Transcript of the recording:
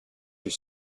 your